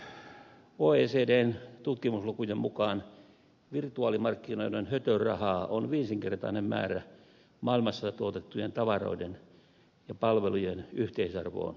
oecdn tutkimuslukujen mukaan virtuaalimarkkinoiden hötörahaa on viisinkertainen määrä maailmassa tuotettujen tavaroiden ja palvelujen yhteisarvoon verrattuna